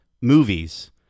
Movies